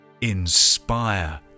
Inspire